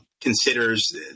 considers